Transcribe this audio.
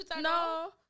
No